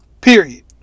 Period